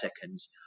seconds